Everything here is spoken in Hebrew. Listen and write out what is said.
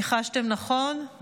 ניחשתם נכון,